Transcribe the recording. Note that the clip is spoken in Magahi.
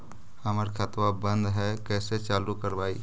हमर खतवा बंद है कैसे चालु करवाई?